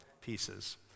pieces